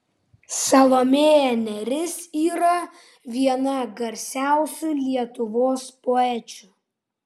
salomėja nėris yra viena garsiausių lietuvos poečių